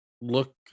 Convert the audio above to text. look